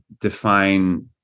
define